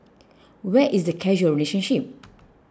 where is the causal relationship